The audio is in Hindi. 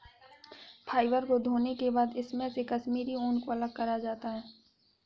फ़ाइबर को धोने के बाद इसमे से कश्मीरी ऊन को अलग करा जाता है